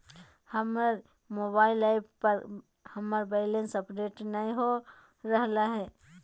हमर mobile app पर हमर बैलेंस अपडेट नय हो रहलय हें